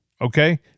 okay